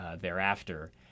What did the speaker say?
thereafter